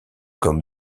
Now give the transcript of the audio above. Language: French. comme